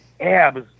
abs